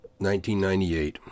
1998